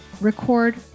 record